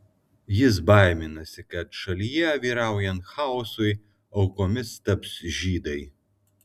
jis baiminasi kad šalyje vyraujant chaosui aukomis taps žydai